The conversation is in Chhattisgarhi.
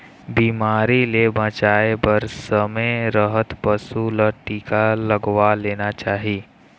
बिमारी ले बचाए बर समे रहत पशु ल टीका लगवा लेना चाही